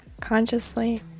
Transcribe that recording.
consciously